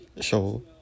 show